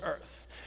earth